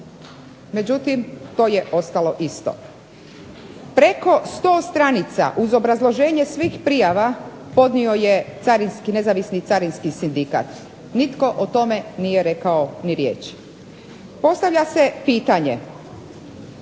Međutim, to je ostalo isto. Preko 100 stranica uz obrazloženje svih prijava podnio je Nezavisni carinski sindikat. Nitko o tome nije rekao ni riječi. Postavlja se pitanje